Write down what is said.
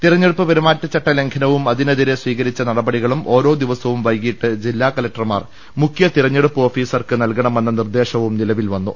തെരഞ്ഞെടുപ്പ് പെരുമാറ്റച്ചട്ട ലംഘനവും അതിനെതിരെ സ്വീകരിച്ച നടപടികളും ഓരോ ദിവസവും വൈകീട്ട് ജില്ലാ കലക്ടർമാർ മുഖ്യ തെര ഞ്ഞെടുപ്പ് ഓഫീസർക്ക് നൽകണമെന്ന നിർദ്ദേശം നിലവിൽവന്നു